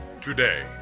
today